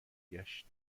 گشت